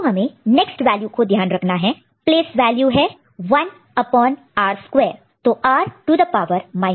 हमें next value को ध्यान रखना है प्लेस वैल्यू है 1 upon r square तो r टू द पावर 2